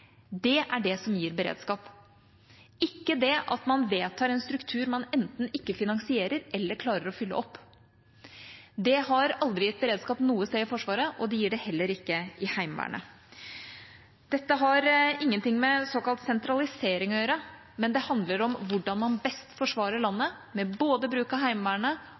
Det er det som gir beredskap, ikke det at man vedtar en struktur som man enten ikke finansierer eller ikke klarer å fylle opp. Det har aldri gitt beredskap noe sted i Forsvaret, og det gir det heller ikke i Heimevernet. Dette har ingenting med såkalt sentralisering å gjøre, men det handler om hvordan man best forsvarer landet med både bruk av Heimevernet